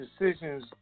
decisions